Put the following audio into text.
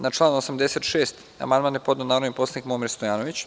Na član 86. amandman je podneo narodni poslanik Momir Stojanović.